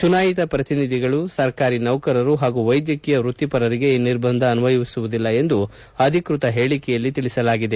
ಚುನಾಯಿತ ಪ್ರತಿನಿಧಿಗಳು ಸರ್ಕಾರಿ ನೌಕರರು ಹಾಗೂ ವೈದ್ಯಕೀಯ ವ್ಯಕ್ತಿಪರರಿಗೆ ಈ ನಿರ್ಬಂಧ ಅನ್ವಯವಾಗುವುದಿಲ್ಲ ಎಂದು ಅಧಿಕೃತ ಹೇಳಿಕೆಯಲ್ಲಿ ತಿಳಿಸಲಾಗಿದೆ